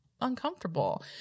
uncomfortable